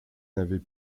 n’avait